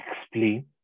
explain